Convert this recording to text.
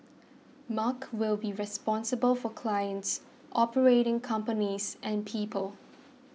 Mark will be responsible for clients operating companies and people